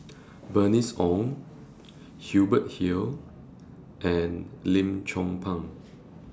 Bernice Ong Hubert Hill and Lim Chong Pang